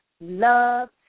love